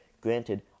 Granted